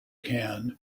can